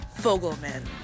Fogelman